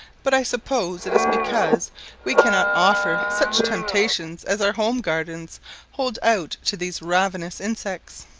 but i suppose it is because we cannot offer such temptations as our home gardens hold out to these ravenous insects.